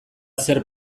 zer